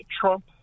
Trump